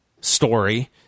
story